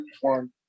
one